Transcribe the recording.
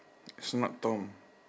smart tom